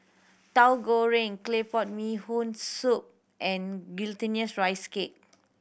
Tauhu Goreng claypot Bee Hoon Soup and Glutinous Rice Cake